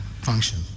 function